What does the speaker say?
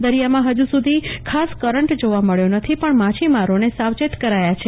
દરિયા માં હજુ સુધી ખાસ કરંટ જોવા મળ્યો નથી પણ માછીમારો ને સાવચેત કરાયા છે